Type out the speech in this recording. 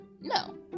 no